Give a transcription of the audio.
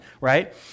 right